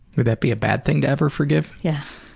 but that be a bad thing to ever forgive? yeah.